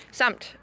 samt